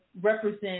represent